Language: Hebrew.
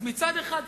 אז מצד אחד,